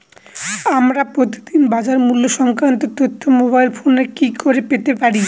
আমরা প্রতিদিন বাজার মূল্য সংক্রান্ত তথ্য মোবাইল ফোনে কি করে পেতে পারি?